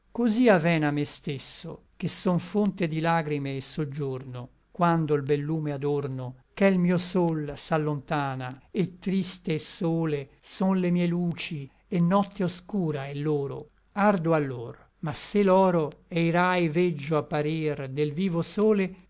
cosí aven a me stesso che son fonte di lagrime et soggiorno quando l bel lume adorno ch'è l mio sol s'allontana et triste et sole son le mie luci et notte oscura è loro ardo allor ma se l'oro e i rai veggio apparir del vivo sole